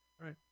right